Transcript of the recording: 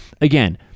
again